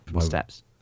steps